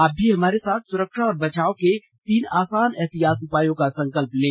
आप भी हमारे साथ सुरक्षा और बचाव के तीन आसान एहतियाती उपायों का संकल्प लें